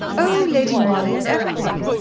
oh, lady mollie and every one.